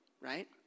right